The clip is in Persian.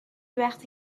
وقتی